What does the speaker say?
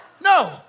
No